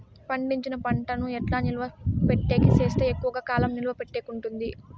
పండించిన పంట ను ఎట్లా నిలువ పెట్టేకి సేస్తే ఎక్కువగా కాలం నిలువ పెట్టేకి ఉంటుంది?